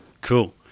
cool